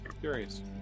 curious